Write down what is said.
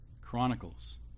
Chronicles